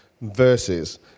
verses